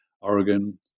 Oregon